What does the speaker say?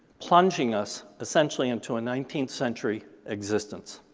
plunging us essentially into a nineteenth century existence.